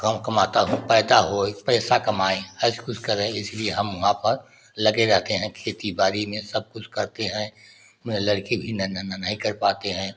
कम कमाता हूँ पैदा होई पैसा कमाए ऐसे कुछ करें इसीलिए हम वहाँ पर लगे रहते हैं खेती बाड़ी में सबकुछ करते हैं मैं लड़के कि ना ना ना नहीं कर पाते हैं